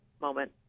moment